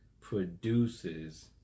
produces